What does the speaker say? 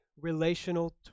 relational